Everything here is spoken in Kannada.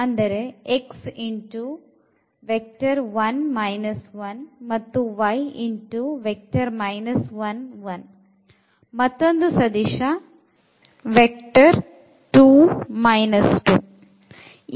ಅಂದರೆ x 1 1 ಮತ್ತು y 1 1 ಮತ್ತೊಂದು ಸದಿಶ 2 2